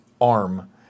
arm